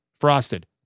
frosted